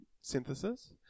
synthesis